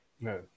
No